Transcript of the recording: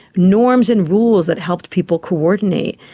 norms and rules that helped people coordinate.